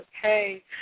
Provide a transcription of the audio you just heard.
Okay